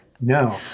no